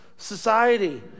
Society